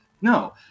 No